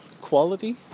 quality